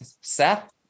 Seth